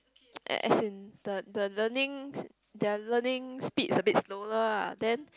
and as in the the learning their learning speed is a bit slower lah